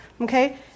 okay